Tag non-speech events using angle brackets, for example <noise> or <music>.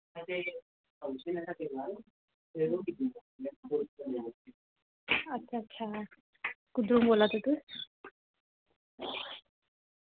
<unintelligible> अच्छा अच्छा कुद्दरो बोल्ला दे तुस